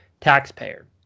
taxpayer